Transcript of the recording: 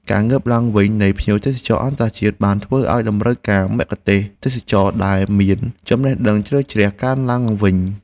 ការងើបឡើងវិញនៃភ្ញៀវទេសចរអន្តរជាតិបានធ្វើឱ្យតម្រូវការមគ្គុទ្ទេសក៍ទេសចរណ៍ដែលមានចំណេះដឹងជ្រៅជ្រះកើនឡើងវិញ។